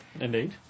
Indeed